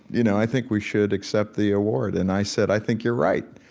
you know, i think we should accept the award. and i said, i think you're right.